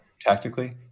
tactically